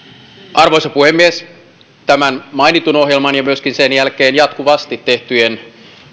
arvoisa puhemies tämän mainitun ohjelman ja myöskin sen jälkeen jatkuvasti tehtyjen